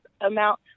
amount